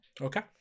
okay